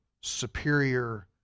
superior